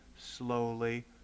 slowly